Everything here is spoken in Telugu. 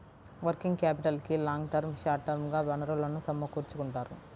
వర్కింగ్ క్యాపిటల్కి లాంగ్ టర్మ్, షార్ట్ టర్మ్ గా వనరులను సమకూర్చుకుంటారు